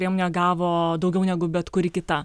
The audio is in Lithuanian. priemonė gavo daugiau negu bet kuri kita